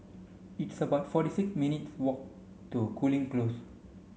it's about forty six minutes' walk to Cooling Close